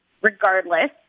regardless